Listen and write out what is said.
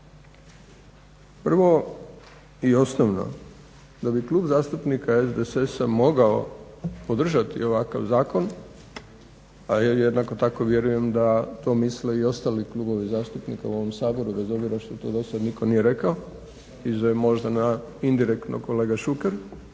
Prvo i osnovno da bi klub zastupnika SDSS-a mogao podržati ovakav zakona, a ja jednako tako vjerujem da to misle i ostali klubovi zastupnika u ovom Saboru bez obzira što to dosad nitko nije rekao, i da je možda na indirektno kolega Šuker,